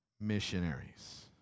missionaries